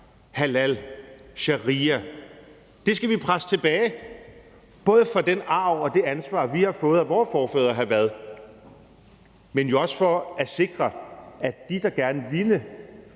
halal, sharia, og det skal vi presse tilbage, både for den arv og det ansvar, vi har fået af vore forfædre, hr. Frederik Vad, men jo også for at sikre, at de, der gerne ville